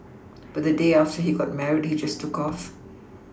but the day after he got married he just took off